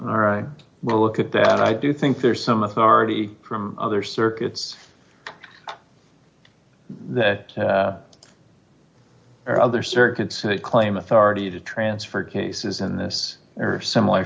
all right well look at that i do think there's some authority from other circuits that or other circuits claim authority to transfer cases in this area similar